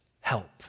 help